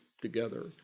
together